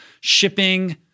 Shipping